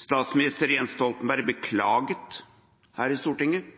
Statsminister Jens Stoltenberg beklaget her i Stortinget